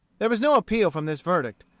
there was no appeal from this verdict,